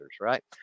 right